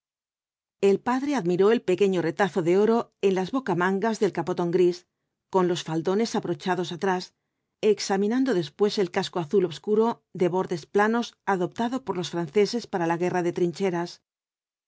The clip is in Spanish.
el padre admiró el pequeño retazo de oro en las bocamangas del capotón gris con los faldones abrochados atrás examinando después el casco azul obscuro de bordes planos adoptado por los franceses para la guerra de trincheras